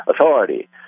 authority